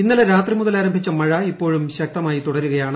ഇന്നലെ രാത്രി മുതൽ ആരംഭിച്ച മഴ ഇപ്പോഴും ശക്തിയായി തുടരുകയാണ്